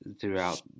throughout